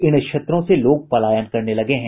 इन क्षेत्रों से लोग पलायन करने लगे हैं